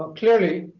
ah clearly